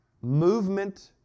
movement